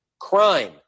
crime